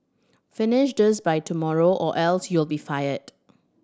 finish this by tomorrow or else you'll be fired